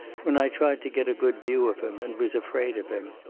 when i tried to get a good view of him and was afraid of him.